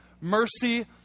mercy